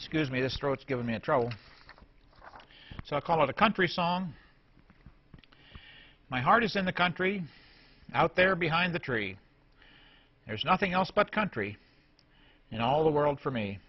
scuse me this throats give me a trouble so i call it a country song my heart is in the country out there behind the tree there's nothing else but country and all the world for me